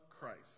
Christ